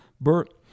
Bert